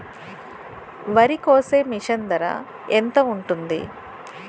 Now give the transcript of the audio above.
వరి కోసే మిషన్ ధర ఎంత ఉంటుంది?